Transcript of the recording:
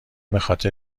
بخاطر